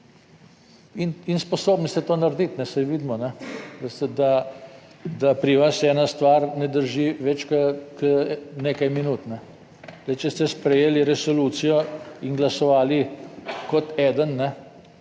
in sposobni ste to narediti, saj vidimo, da pri vas ena stvar ne drži več kot nekaj minut. Zdaj, če ste sprejeli resolucijo in glasovali kot eden